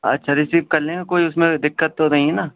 اچھا ریسیو کر لیں گے کوئی اس میں دقت تو نہیں ہے نا